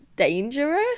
dangerous